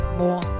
more